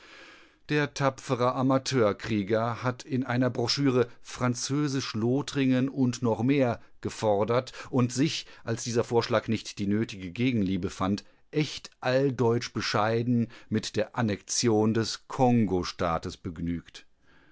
der tapfere amateurkrieger hat in einer broschüre französisch-lothringen und noch mehr gefordert und sich als dieser vorschlag nicht die nötige gegenliebe fand echt alldeutsch-bescheiden mit der annektion des kongostaates begnügt